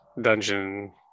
dungeon